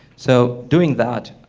so doing that,